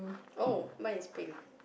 oh mine is pink